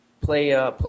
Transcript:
play